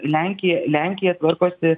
lenkija lenkija tvarkosi